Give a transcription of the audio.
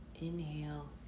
Inhale